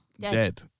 dead